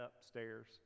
upstairs